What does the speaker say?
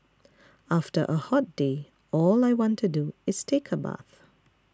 after a hot day all I want to do is take a bath